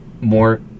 more